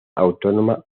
autónoma